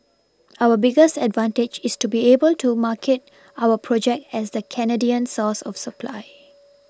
our biggest advantage is to be able to market our project as a Canadian source of supply